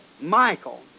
Michael